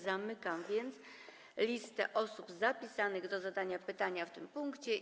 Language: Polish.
Zamykam więc listę osób zapisanych do zadania pytania w tym punkcie.